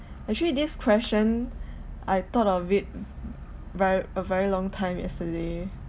actually this question I thought of it v~ a very long time yesterday